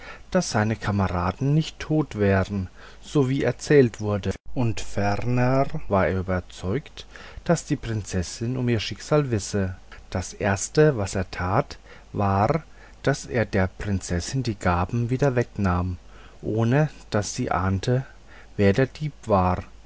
daß seine kameraden nicht tot wären so wie erzählt wurde und ferner war er überzeugt daß die prinzessin um ihr schicksal wisse das erste was er tat war daß er der prinzessin die gaben wieder wegnahm ohne daß sie ahnte wer der dieb war